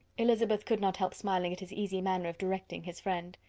elizabeth could not help smiling at his easy manner of directing his friend.